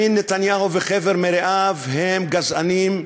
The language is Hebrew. בנימין נתניהו וחבר מרעיו הם גזענים,